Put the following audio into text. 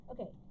Okay